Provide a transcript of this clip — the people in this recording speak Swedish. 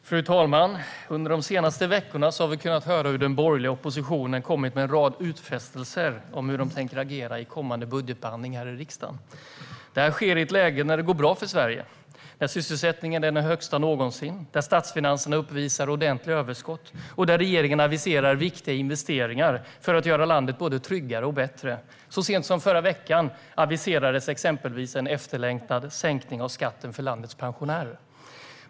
Fru talman! Under de senaste veckorna har vi kunnat höra den borgerliga oppositionen komma med en rad utfästelser om hur man tänker agera i kommande budgetbehandlingar i riksdagen. Det här sker i ett läge när det går bra för Sverige. Sysselsättningen är den högsta någonsin, statsfinanserna uppvisar ordentliga överskott och regeringen aviserar viktiga investeringar för att göra landet både tryggare och bättre. Så sent som förra veckan aviserades exempelvis en efterlängtad sänkning av skatten för landets pensionärer.